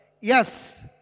Yes